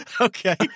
Okay